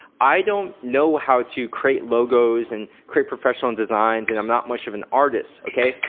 i don't know how to create logos and create professional designs and i'm not much of an artist okay?